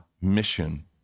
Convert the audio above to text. mission